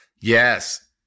Yes